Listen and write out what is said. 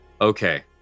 Okay